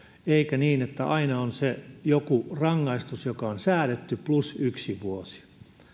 eikä niin että aina on se joku rangaistus joka on säädetty plus yksi vuosi